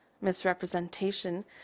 misrepresentation